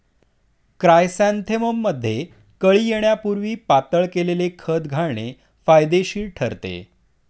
क्रायसॅन्थेमममध्ये कळी येण्यापूर्वी पातळ केलेले खत घालणे फायदेशीर ठरते